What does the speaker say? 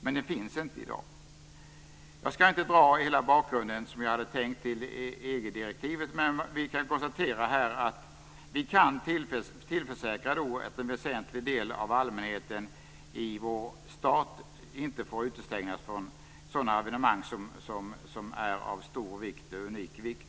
Men den finns inte i dag. Jag skall inte dra hela bakgrunden till EG direktivet, men vi kan konstatera att vi kan tillförsäkra att en väsentlig del av allmänheten i vår stat inte utestängs från sådana evenemang som är av unik vikt.